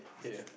ya